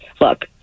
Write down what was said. Look